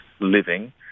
living